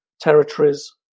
territories